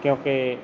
ਕਿਉਂਕਿ